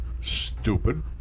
Stupid